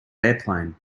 airplane